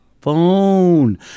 phone